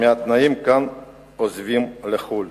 מהתנאים כאן עוזבים לחו"ל,